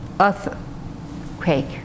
earthquake